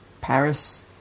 Paris